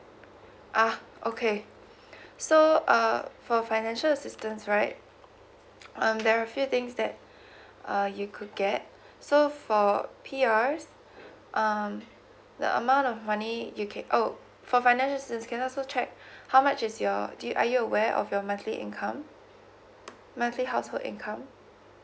ah okay so uh for financial assistance right um there are a few things that uh you could get so for P_R um the amount of money you ca~ oh for finances you can also check how much is your do you are you aware of your monthly income monthly household income